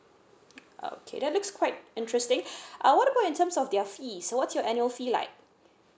okay that's look quite interesting uh what about in terms of their fees so what's your annual fee like